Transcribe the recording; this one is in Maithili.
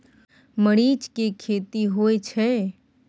मरीच के खेती होय छय?